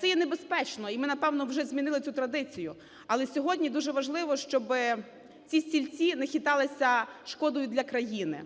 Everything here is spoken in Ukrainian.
Це є небезпечно і ми, напевно, вже змінили цю традицію, але сьогодні дуже важливо, щоби ці стільці не хиталися шкодою для країни.